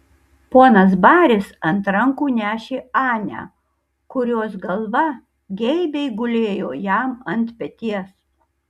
ponas baris ant rankų nešė anę kurios galva geibiai gulėjo jam ant peties